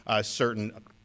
certain